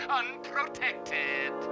unprotected